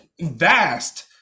vast